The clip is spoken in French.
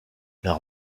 leur